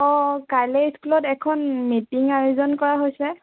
অ কাইলে স্কুলত এখন মিটিং আয়োজন কৰা হৈছে